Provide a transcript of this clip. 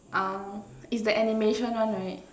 um is the animation one right